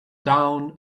down